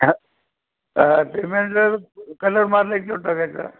हा payment colour मारल्याच्यावर टाकायचा